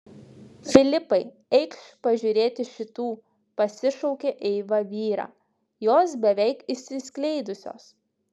filipai eikš pažiūrėti šitų pasišaukė eiva vyrą jos beveik išsiskleidusios